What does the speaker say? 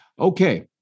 Okay